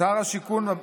שר השיכון,